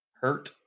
hurt